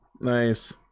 Nice